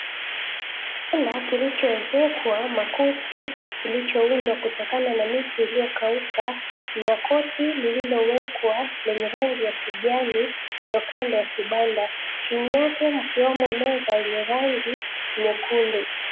Kibanda kilichoezekwa makuti kilichoundwa kutokana na miti iliyokauka na kuti lilowekwa lenye rangi ya kijani kando kando ya kibanda chini yake ikiwemo meza yenye rangi nyekundu.